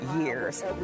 years